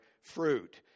fruit